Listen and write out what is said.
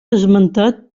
esmentat